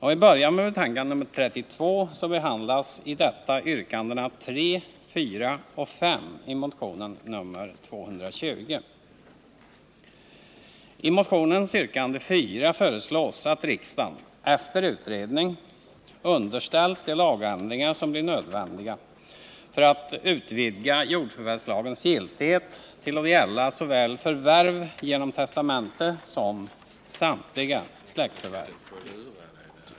För att börja med betänkandet nr 32, så behandlas i detta yrkandena nr 3, 4 och 5 i motion 220. I motionens yrkande 4 föreslås att riksdagen, efter utredning, underställs de lagändringar som blir nödvändiga för att utvidga jordförvärvslagen till att gälla såväl förvärv genom testamente som samtliga släktförvärv.